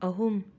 ꯑꯍꯨꯝ